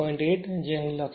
8 જે અહીં લખ્યું છે